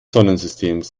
sonnensystems